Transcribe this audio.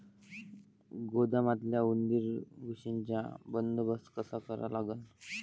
गोदामातल्या उंदीर, घुशीचा बंदोबस्त कसा करा लागन?